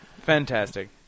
Fantastic